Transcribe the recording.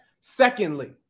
Secondly